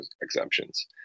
exemptions